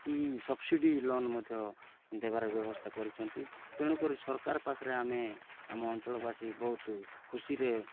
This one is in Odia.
କି ସବ୍ସିଡ଼ି ଲୋନ୍ ମଧ୍ୟ ଦେବାର ବ୍ୟବସ୍ଥା କରିଛନ୍ତି ତେଣୁକରି ସରକାର ପାଖରେ ଆମେ ଆମ ଅଞ୍ଚଳବାସୀ ବହୁତ ଖୁସିରେ